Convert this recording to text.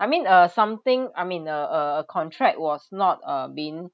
I mean uh something I mean uh uh uh contract was uh not being